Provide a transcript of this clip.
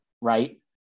Right